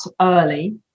early